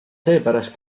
seepärast